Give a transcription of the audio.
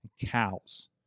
cows